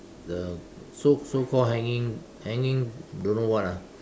uh so so called hanging hanging don't know what ah